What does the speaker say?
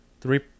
three